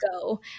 go